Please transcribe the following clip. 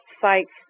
sites